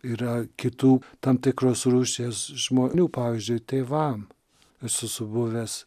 yra kitų tam tikros rūšies žmonių pavyzdžiui taivan aš esu buvęs